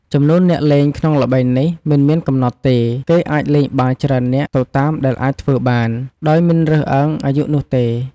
ចំនួនអ្នកលេងក្នុងល្បែងនេះមិនមានកំណត់ទេ គេអាចលេងបានច្រើននាក់ទៅតាមដែលអាចធ្វើបាន ដោយមិនរើសអើងអាយុនោះទេ។